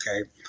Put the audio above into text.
okay